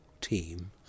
team